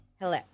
hello